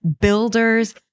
builders